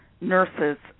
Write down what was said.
nurses